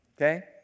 okay